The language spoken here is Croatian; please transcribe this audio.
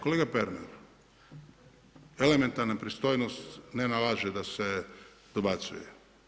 Kolega Pernar, elementarna pristojnost ne nalaže da se dobacuje.